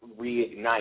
reignite